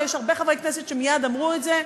יש הרבה חברי כנסת שמייד אמרו את זה,